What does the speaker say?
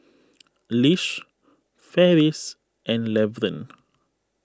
Lish Ferris and Levern